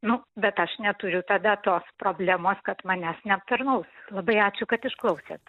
nu bet aš neturiu tada tos problemos kad manęs neaptarnaus labai ačiū kad išklausėt